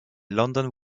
london